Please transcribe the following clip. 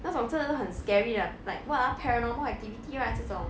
那种真的是很 scary 的 lah like what ah paranormal activity right 这种